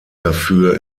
dafür